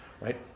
right